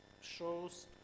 shows